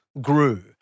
grew